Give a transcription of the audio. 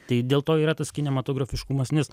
tai dėl to yra tas kinematografiškumas nes